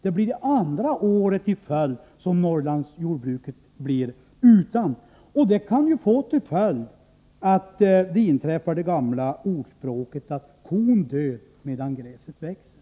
Det blir andra året i följd som Norrlandsjordbruket blir utan. Då kan det ju gå som enligt det gamla ordspråket, att medan gräset gror dör kon.